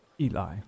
Eli